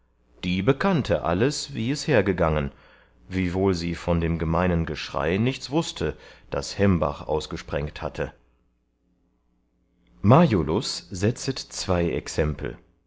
die bekannte alles wie es hergangen wiewohl sie von dem gemeinen geschrei nichts wußte das hembach ausgesprengt hatte majolus setzet zwei